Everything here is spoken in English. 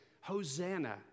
Hosanna